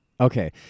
okay